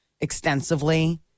extensively